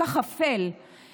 והאפל כל כך,